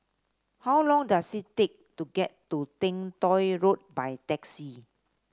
how long does it take to get to Teng Tong Road by taxi